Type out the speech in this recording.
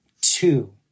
two